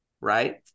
right